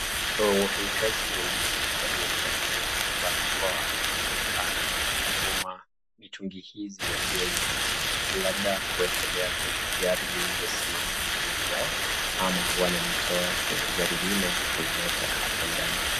Wafanyakazi wawili waliovalia barakoa wanaonekana kuskuma mitungi hizi ya gasi labda kuwekelea kwenye gari lilosimama mbele yao ama wanalitoa kwenye gari lile na kuileta hapa ndani.